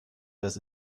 das